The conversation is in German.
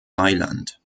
mailand